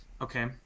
Okay